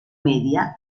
media